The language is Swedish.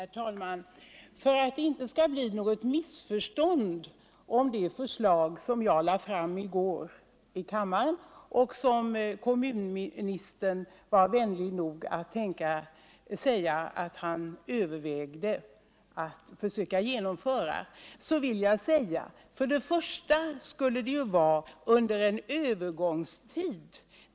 Herr talman! För att det inte skall bli något missförstånd när det gäller det förslag jag lade fram här i kammaren i går, vilket kommunministern var vänlig nog att säga att han ville pröva, vill jag något förtydliga vad det innebar. För det första skulle detta gälla under en övergångstid.